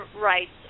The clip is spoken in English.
rights